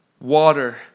water